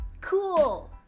Cool